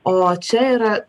o čia yra